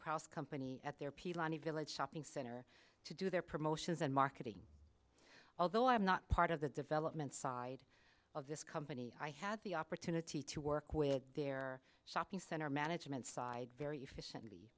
the company at their pilani village shopping center to do their promotions and marketing although i am not part of the development side of this company i had the opportunity to work with their shopping center management side very efficient